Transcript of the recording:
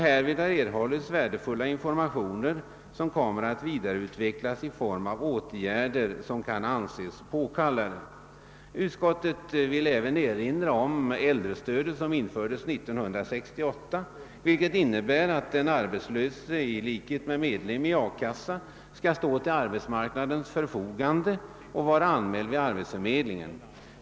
Härvid har värdefulla informationer erhållits som kommer att vidareutvecklas i form av åtgärder som kan anses påkallade. Utskottet vill även erinra om äldrestödet som infördes 1968 och som innebär att den arbetslöse i likhet med medlem i arbetslöshetskassa skall stå till arbetsmarknadens förfogande och vara anmäld vid arbetsförmedlingen.